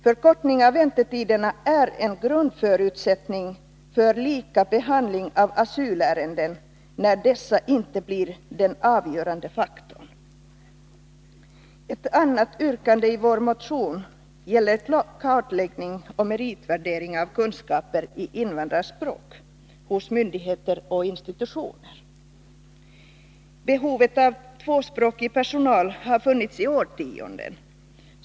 Förkortning av väntetiderna är en grundförutsättning för lika behandling av asylärenden, när väntetiden inte blir den avgörande faktorn. Ett annat yrkande i vår motion gäller kartläggning och meritvärdering av kunskaper i invandrarspråk hos myndigheter och institutioner. Behovet av tvåspråkig personal har funnits i årtionden.